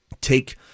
take